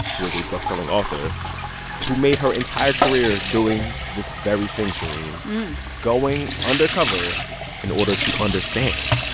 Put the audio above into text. who is a bestselling author who made her entire career doing this very thing, shereen going undercover in order to understand.